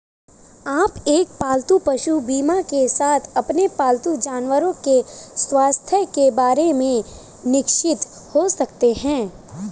आप एक पालतू पशु बीमा के साथ अपने पालतू जानवरों के स्वास्थ्य के बारे में निश्चिंत हो सकते हैं